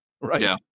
Right